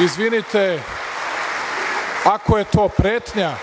Izvinite, ako je to pretnja,